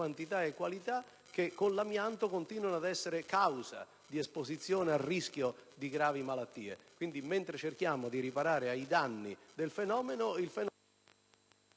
quantità e qualità che con l'amianto continuano ad essere causa di esposizione a rischio di gravi malattie. Mentre cerchiamo di riparare ai danni del fenomeno, questo risulta